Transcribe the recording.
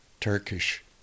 Turkish